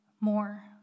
more